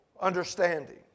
understanding